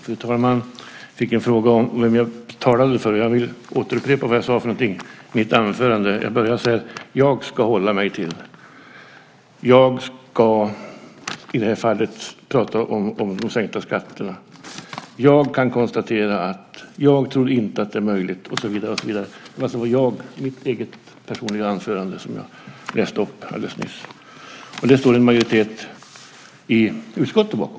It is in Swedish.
Fru talman! Jag fick en fråga om vem jag talade för. Jag vill upprepa vad jag sade för någonting i mitt anförande. Jag sade att jag ska hålla mig till, att jag ska prata om de sänkta skatterna, att jag kan konstatera och att jag inte tror att det är möjligt, och så vidare. Det var alltså mitt eget personliga anförande. Det står en majoritet i utskottet bakom.